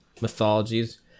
mythologies